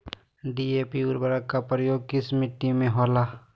DAP उर्वरक का प्रयोग किस मिट्टी में होला?